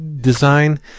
design